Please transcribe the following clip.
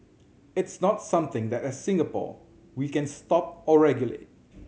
it's not something that as Singapore we can stop or regulate